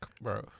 Bro